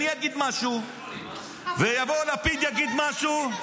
אני אגיד משהו ויבוא לפיד ויגיד משהו --- אבל,